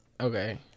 Okay